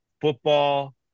football